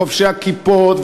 חובשי הכיפות,